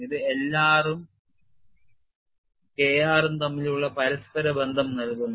ഇത് K r ഉം L r ഉം തമ്മിലുള്ള പരസ്പര ബന്ധം നൽകുന്നു